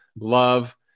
love